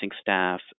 staff